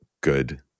good